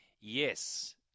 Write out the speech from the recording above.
Yes